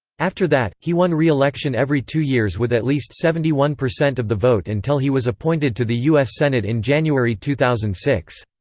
after that, he won re-election every two years with at least seventy one percent of the vote until he was appointed to the u s. senate in january two thousand and six.